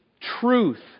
truth